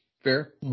Fair